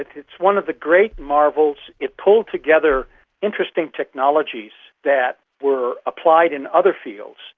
it's one of the great marvels. it pulled together interesting technologies that were applied in other fields.